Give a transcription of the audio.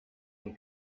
den